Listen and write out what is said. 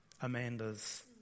Amanda's